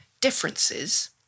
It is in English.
differences